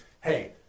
hey